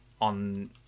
on